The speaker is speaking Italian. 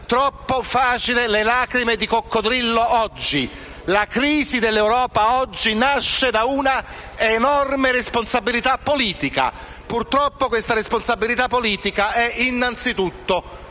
troppo facili le lacrime di coccodrillo oggi. La crisi odierna dell'Europa nasce da una enorme responsabilità politica. Purtroppo questa responsabilità politica è innanzitutto delle